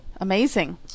amazing